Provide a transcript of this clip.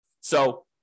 So-